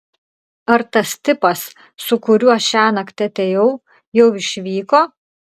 ar tas tipas su kuriuo šiąnakt atėjau jau išvyko